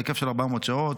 בהיקף של 400 שעות